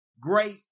great